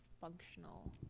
functional